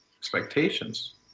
expectations